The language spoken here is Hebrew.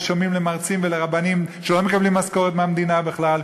ששומעים למרצים ולרבנים שלא מקבלים משכורת מהמדינה בכלל,